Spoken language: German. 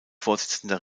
vorsitzender